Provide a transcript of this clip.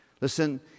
listen